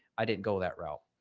i didn't go that route.